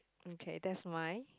okay that's mine